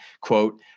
quote